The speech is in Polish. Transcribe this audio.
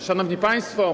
Szanowni Państwo!